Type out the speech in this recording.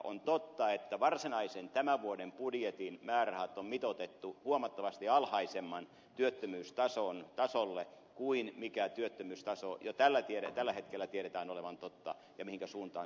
on totta että tämän vuoden varsinaisen budjetin määrärahat on mitoitettu huomattavasti alhaisemmalle työttömyystasolle kuin mikä työttömyystason jo tällä hetkellä tiedetään olevan totta ja mihinkä suuntaan se on menossa